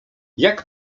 jak